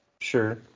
sure